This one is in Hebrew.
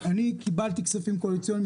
אני קיבלתי כספים קואליציוניים,